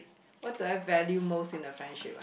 what do I value most in a friendship ah